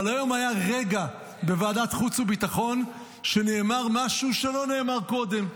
אבל היום היה רגע בוועדת חוץ וביטחון שנאמר משהו שלא נאמר קודם.